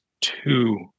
two